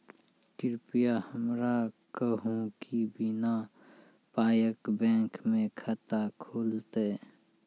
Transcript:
कृपया हमरा कहू कि बिना पायक बैंक मे खाता खुलतै?